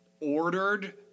ordered